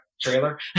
trailer